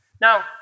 Now